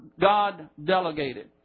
God-delegated